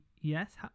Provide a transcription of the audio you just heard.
Yes